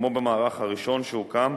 כמו במערך הראשון שהוקם,